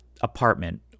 apartment